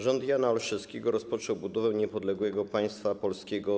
Rząd Jana Olszewskiego rozpoczął budowę niepodległego państwa polskiego.